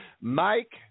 Mike